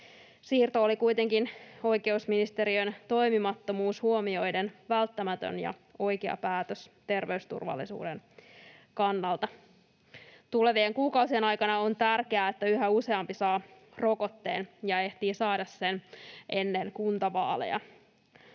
Siirto oli kuitenkin oikeusministeriön toimimattomuus huomioiden välttämätön ja oikea päätös terveysturvallisuuden kannalta. Tulevien kuukausien aikana on tärkeää, että yhä useampi saa rokotteen ja ehtii saada sen ennen kuntavaaleja.